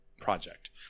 project